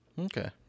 Okay